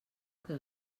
que